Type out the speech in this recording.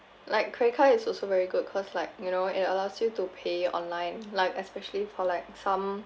like credit card is also very good cause like you know it allows you to pay online like especially for like some